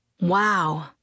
Wow